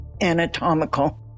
anatomical